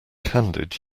candid